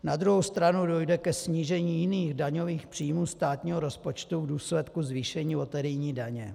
Na druhou stranu dojde ke snížení jiných daňových příjmů státního rozpočtu v důsledku zvýšení loterijní daně.